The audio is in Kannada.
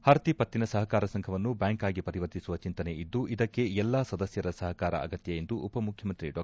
ಹರ್ಕಿ ಪತ್ತಿನ ಸಹಕಾರ ಸಂಘವನ್ನು ಬ್ಯಾಂಕ್ ಆಗಿ ಪರಿವರ್ತಿಸುವ ಚಿಂತನೆ ಇದ್ದು ಇದಕ್ಕೆ ಎಲ್ಲಾ ಸದಸ್ಕರ ಸಹಕಾರ ಅಗತ್ಯ ಎಂದು ಉಪಮುಖ್ಚಮಂತ್ರಿ ಡಾ